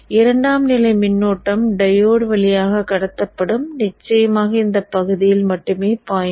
இரண்டாம் நிலை மின்னோட்டம் டையோடு வழியாக கடத்தப்படும் நிச்சயமாக இந்த பகுதியில் மட்டுமே பாயும்